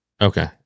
Okay